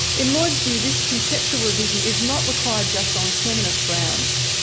in lloyd's view, this conceptual revision is not required just on feminist grounds.